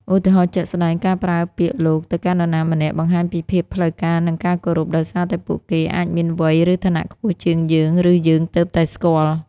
ឧទាហរណ៍ជាក់ស្តែង ការប្រើពាក្យ លោក ទៅកាន់នរណាម្នាក់បង្ហាញពីភាពផ្លូវការ និងការគោរព ដោយសារតែពួកគេអាចមានវ័យ ឬឋានៈខ្ពស់ជាងយើង ឬយើងទើបតែស្គាល់។